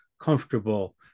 comfortable